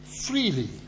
freely